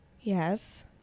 Yes